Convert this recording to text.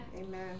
amen